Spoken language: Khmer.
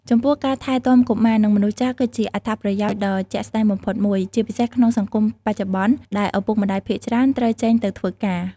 ចំពោះ ការថែទាំកុមារ និងមនុស្សចាស់ គឺជាអត្ថប្រយោជន៍ដ៏ជាក់ស្តែងបំផុតមួយ ជាពិសេសក្នុងសង្គមបច្ចុប្បន្នដែលឪពុកម្តាយភាគច្រើនត្រូវចេញទៅធ្វើការ។